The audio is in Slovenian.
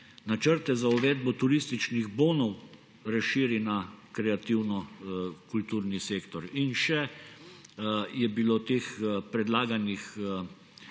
načrte za uvedbo turističnih bonov razširi na kreativno-kulturni sektor in še je bilo teh predlaganih